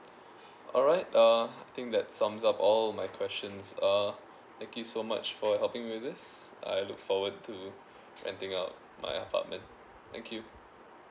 alright uh I think that sum up all of my questions uh thank you so much for helping with this I forward to renting out my apartment thank you